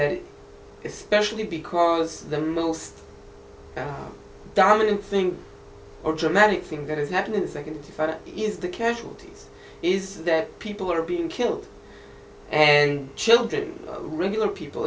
that especially because the most dominant thing or dramatic thing that has happened in the second intifada is the casualties is that people are being killed and children regular people